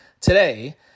today